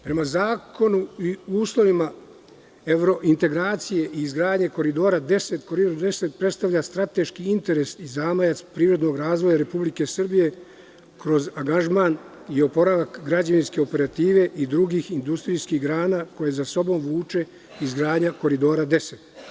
Prema zakonu i uslovima evrointegracije i izgradnje Koridora 10, Koridor 10 predstavlja strateški interes i zamajac privrednog razvoja Republike Srbije kroz angažman i oporavak građevinske operative i drugih industrijskih grana koje za sobom vuče izgradnja Koridora 10.